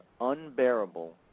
unbearable